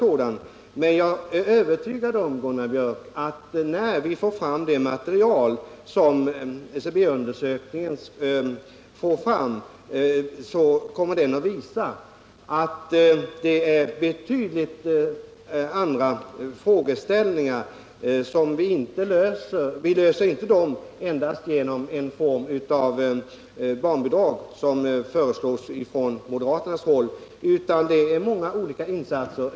Jag är dock övertygad om att det när vi får del av resultatet av SCB-undersökningen kommer att visa sig att det är 199 helt andra frågeställningar som är väsentliga och att vi inte löser dem genom enbart en viss form av barnbidrag, som föreslås från moderat håll, utan endast genom många olika insatser.